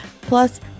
plus